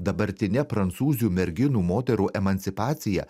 dabartine prancūzių merginų moterų emancipacija